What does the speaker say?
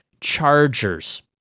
chargers